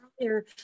earlier